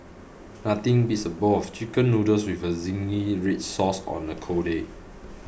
nothing beats a bowl of chicken noodles with a zingy red sauce on a cold day